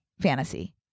fantasy